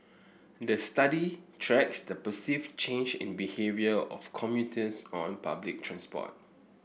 the study tracks the perceived change in behaviour of commutes on public transport